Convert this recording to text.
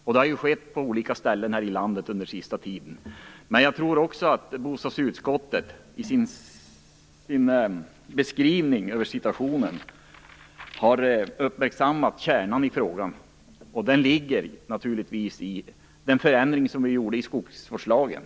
Detta har skett på flera ställen under senare år. Jag tycker att bostadsutskottet i sin beskrivning över situationen har uppmärksammat kärnan i frågan. Den ligger naturligtvis i den förändring som vi gjorde i skogsvårdslagen.